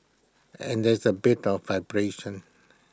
and there's A bit of vibration